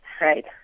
right